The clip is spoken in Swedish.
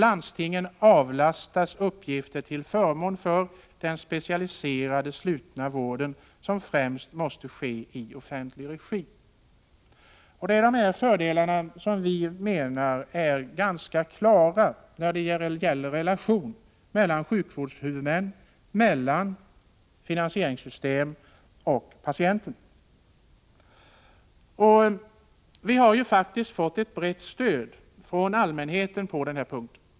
Landstingen avlastas uppgifter till förmån för den specialiserade, slutna vård som främst måste ske i offentlig regi. Vi ser detta som ganska klara fördelar när det gäller relationerna mellan sjukvårdshuvudmän, finansieringssystem och patienter. Vi har på den punkten faktiskt också fått ett brett stöd från allmänheten.